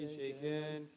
shaken